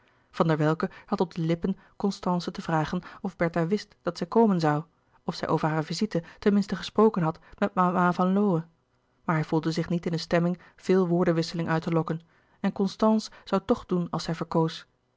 van der welcke had op de lippen constance te vragen of bertha wist dat zij komen zoû of zij over hare visite ten minste gesproken had met mama van lowe maar hij voelde zich niet in een stemming veel woordenwisseling uit te lokken en constance zoû toch doen als zij verkoos